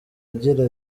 agira